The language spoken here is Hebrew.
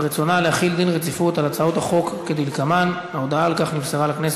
להחיל דין רציפות על הצעת חוק למניעת אלימות במוסדות למתן